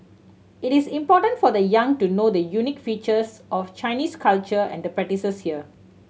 it is important for the young to know the unique features of Chinese culture and the practices here